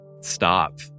stop